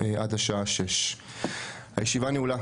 עד השעה 18:00. הישיבה נעולה.